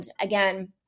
again